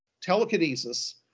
telekinesis